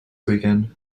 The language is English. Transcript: weekend